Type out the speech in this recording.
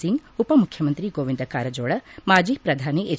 ಸಿಂಗ್ ಉಪಮುಖ್ಯಮಂತ್ರಿ ಗೋವಿಂದ ಕಾರಜೋಳ ಮಾಜಿ ಪ್ರಧಾನಿ ಎಚ್